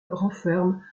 renferme